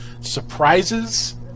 surprises